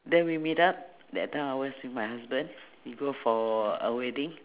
then we meet up that time I was with my husband we go for a wedding